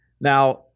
Now